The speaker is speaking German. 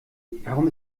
warum